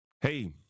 Hey